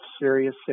serious